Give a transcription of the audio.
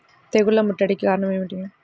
తెగుళ్ల ముట్టడికి కారణం ఏమిటి?